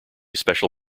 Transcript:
special